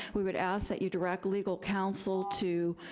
we would ask that you direct legal counsel to